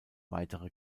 weitere